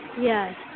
Yes